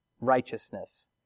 righteousness